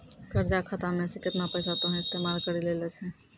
कर्जा खाता मे से केतना पैसा तोहें इस्तेमाल करि लेलें छैं